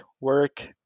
work